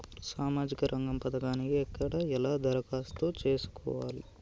సామాజిక రంగం పథకానికి ఎక్కడ ఎలా దరఖాస్తు చేసుకోవాలి?